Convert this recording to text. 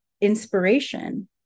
inspiration